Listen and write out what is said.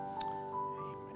Amen